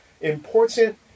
important